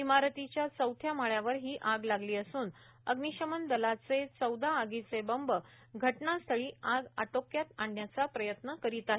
इमारतीच्या चौथ्या माळ्यावर ही आग लागली असून अग्निश्वमन दलाचे चौदा आगीचे बंब घटनास्यळी आग आटोक्यात आणण्याचा प्रयत्न करीत आहेत